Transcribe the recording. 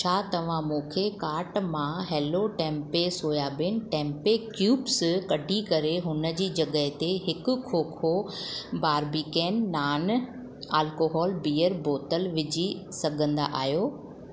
छा तव्हां मुंहिंजे कार्ट मां hello tempeh soybean tempeh cubes कढी करे हुन जी जॻह ते हिकु खोखो बारबीकेन नॉन अल्कोहलिक बियर बोतल विझी सघंदा आहियो